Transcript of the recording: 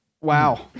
Wow